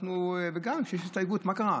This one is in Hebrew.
וגם, כשיש הסתייגות, מה קרה?